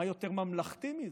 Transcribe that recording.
מה יותר ממלכתי מזה?